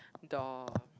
the